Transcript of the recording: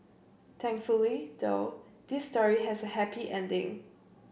thankfully though this story has a happy ending